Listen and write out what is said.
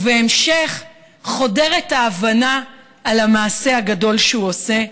בהמשך חודרת ההבנה של המעשה הגדול שהוא עושה,